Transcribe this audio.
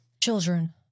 children